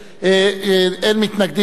אין מתנגדים, אין נמנעים.